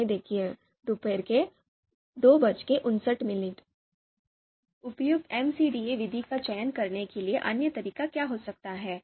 अब उपयुक्त MCDA विधि का चयन करने के लिए अन्य तरीका क्या हो सकता है